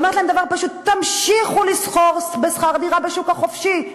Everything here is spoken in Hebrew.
ואומרת להם דבר פשוט: תמשיכו לשכור בשכר דירה בשוק החופשי.